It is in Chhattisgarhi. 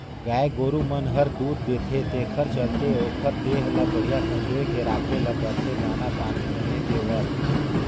गाय गोरु मन हर दूद देथे तेखर चलते ओखर देह ल बड़िहा संजोए के राखे ल परथे दाना पानी बने देवत